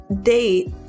date